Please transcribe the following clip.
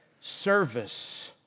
service